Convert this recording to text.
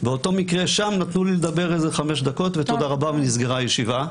ובאותו מקרה שם נתנו לי לדבר חמש דקות ותודה רבה ונסגרה הישיבה.